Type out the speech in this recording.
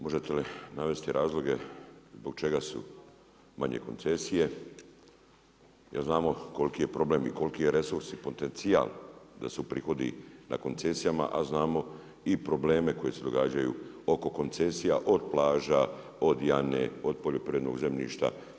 Možete li navesti razloge zbog čega su manje koncesije, jer znamo koliki je problem i koliki je resurs i potencijal da su prihodi na koncesijama, a znamo i probleme koji se događaju oko koncesija od plaža, od Jane, od poljoprivrednog zemljišta.